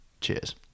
Cheers